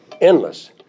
endless